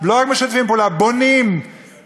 לא רק משתפים פעולה: בונים בתי-חולים,